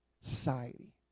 society